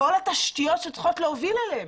כל התשתיות שצריכות להוביל אליה.